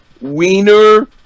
wiener